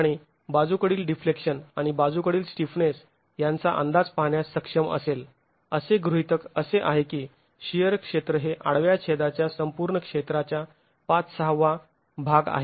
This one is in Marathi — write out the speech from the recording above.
आणि बाजूकडील डिफ्लेक्शन आणि बाजूकडील स्टिफनेस याचा अंदाज पाहण्यास सक्षम असेल असे गृहीतक असे आहे की शिअर क्षेत्र हे आडव्या छेदाच्या संपूर्ण क्षेत्राच्या ५ ६ वा भाग आहे